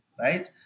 right